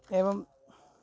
एवम्